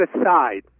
aside